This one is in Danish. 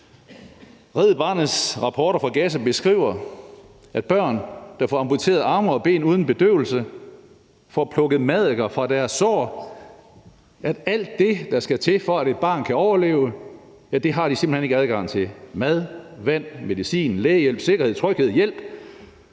Red Barnets rapporter fra Gaza beskriver børn, der får amputeret arme og ben uden bedøvelse og får plukket maddiker fra deres sår. Alt det, der skal til, for at et barn kan overleve, har de simpelt hen ikke adgang til – mad, vand, medicin, lægehjælp, sikkerhed, tryghed, hjælp.